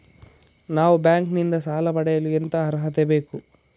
ನಾವು ಬ್ಯಾಂಕ್ ನಿಂದ ಸಾಲ ಪಡೆಯಲು ಎಂತ ಅರ್ಹತೆ ಬೇಕು?